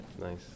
Nice